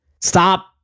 stop